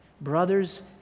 brothers